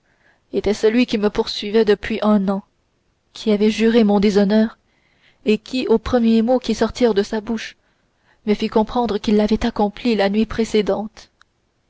était celui qui me poursuivait depuis un an qui avait juré mon déshonneur et qui aux premiers mots qui sortirent de sa bouche me fit comprendre qu'il l'avait accompli la nuit précédente